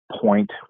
point